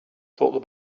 thought